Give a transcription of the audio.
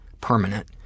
permanent